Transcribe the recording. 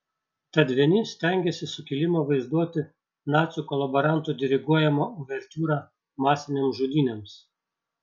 tad vieni stengiasi sukilimą vaizduoti nacių kolaborantų diriguojama uvertiūra masinėms žudynėms